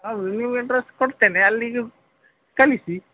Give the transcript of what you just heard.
ಹೌದು ನೀವು ಅಡ್ರೆಸ್ ಕೊಡ್ತೇನೆ ಅಲ್ಲಿಗೆ ಕಳಿಸಿ